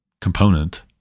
component